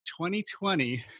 2020